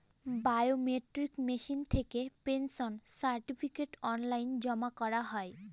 biometric machine থেকে pension certificate online জমা করা হয়